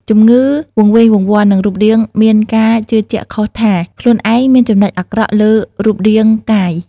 ជំងឺវង្វេងវង្វាន់នឹងរូបរាងមានការជឿជាក់ខុសថា ខ្លួនឯងមានចំណុចអាក្រក់លើរូបរាងកាយ។